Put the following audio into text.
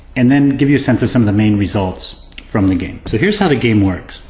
and then give you a sense of some of the main results from the game. so here's how the game works.